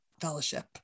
fellowship